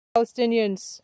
Palestinians